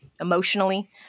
emotionally